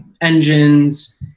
engines